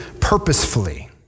purposefully